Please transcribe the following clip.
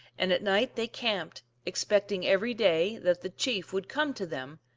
and at night they camped, expecting every day that the chief would come to them,